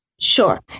Sure